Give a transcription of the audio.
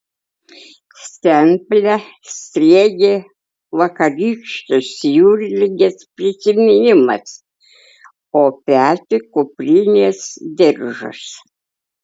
stemplę slėgė vakarykštės jūrligės prisiminimas o petį kuprinės diržas